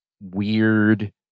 weird